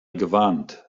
gewarnt